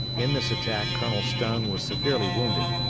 in this attack colonel stone was severely wounded,